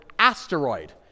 Asteroid